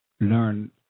learn